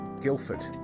Guildford